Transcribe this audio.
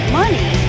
money